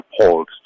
appalled